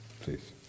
Please